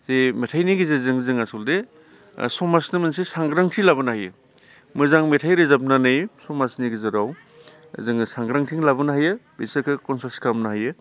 जे मेथाइनि गेजेरजों जोङो आस'लथे समाजनो मोनसे सांग्रांथि लाबोनो हायो मोजां मेथाइ रोजाबनानै समाजनि गेजेराव जोङो सांग्रांथि लाबोनो हायो बिसोरखौ कन्सियास खालामनो हायो